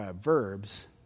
verbs